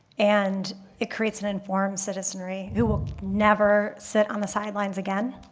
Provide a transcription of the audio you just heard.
and it creates an informed citizenry, who will never sit on the side lines again,